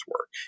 work